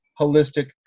holistic